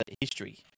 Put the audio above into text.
history